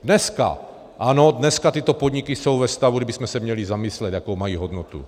Dneska, ano, dneska tyto podniky jsou ve stavu, kdy bychom se měli zamyslet, jakou mají hodnotu.